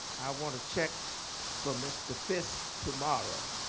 i want a check for mr. fisk tomorrow.